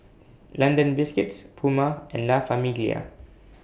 London Biscuits Puma and La Famiglia